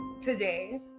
today